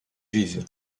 juive